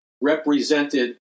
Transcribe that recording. represented